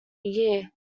year